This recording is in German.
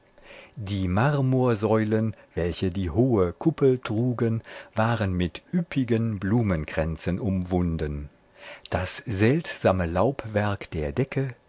die marmorsäulen welche die hohe kuppel trugen waren mit üppigen blumenkränzen umwunden das seltsame laubwerk der decke